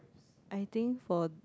I think for